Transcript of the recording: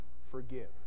forgive